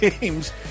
games